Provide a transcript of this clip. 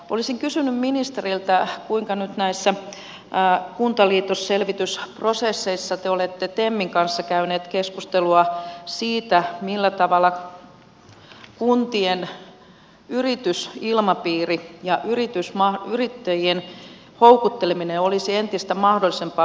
olisin kysynyt ministeriltä kuinka nyt näissä kuntaliitosselvitysprosesseissa te olette temin kanssa käyneet keskustelua siitä millä tavalla kuntien yritysilmapiiri ja yrittäjien houkutteleminen olisi entistä mahdollisempaa